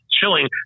Chilling